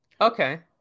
Okay